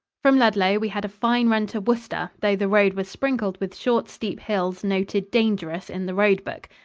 from ludlow we had a fine run to worcester, though the road was sprinkled with short, steep hills noted dangerous in the road-book.